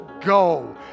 go